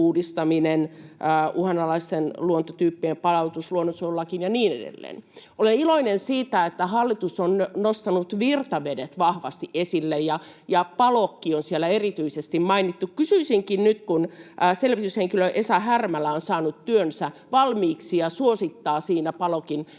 uudistaminen, uhanalaisten luontotyyppien palautus luonnonsuojelulakiin ja niin edelleen. Olen iloinen siitä, että hallitus on nostanut virtavedet vahvasti esille ja Palokki on siellä erityisesti mainittu. Kysyisinkin nyt, kun selvityshenkilö Esa Härmälä on saanut työnsä valmiiksi ja suosittaa siinä Palokin